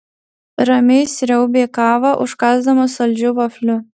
ramiai sriaubė kavą užkąsdamas saldžiu vafliu